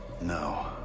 No